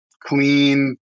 clean